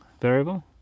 variable